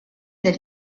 del